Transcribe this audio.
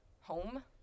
home